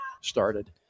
started